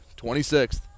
26th